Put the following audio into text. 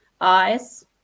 eyes